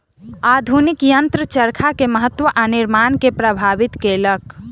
आधुनिक यंत्र चरखा के महत्त्व आ निर्माण के प्रभावित केलक